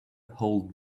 hold